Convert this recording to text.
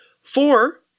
Four